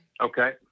Okay